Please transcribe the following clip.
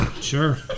Sure